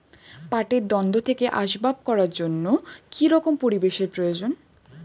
পাটের দণ্ড থেকে আসবাব করার জন্য কি রকম পরিবেশ এর প্রয়োজন?